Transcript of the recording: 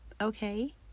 okay